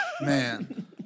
Man